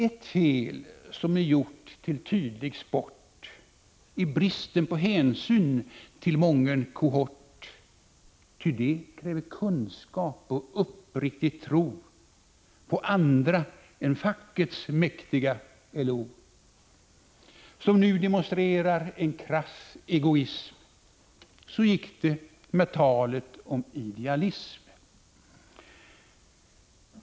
Ett fel som ni gjort till tydlig sport är bristen på hänsyn till mången kohort Ty det kräver kunskap och uppriktig tro på andra än fackets mäktiga LO som nu demonstrerar en krass egoism. Så gick det med talet om idealism!